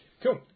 Cool